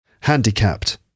Handicapped